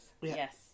Yes